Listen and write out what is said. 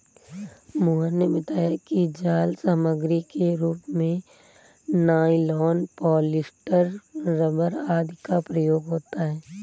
मोहन ने बताया कि जाल सामग्री के रूप में नाइलॉन, पॉलीस्टर, रबर आदि का प्रयोग होता है